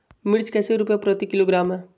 मिर्च कैसे रुपए प्रति किलोग्राम है?